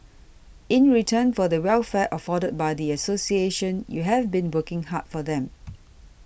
in return for the welfare afforded by the association you have been working hard for them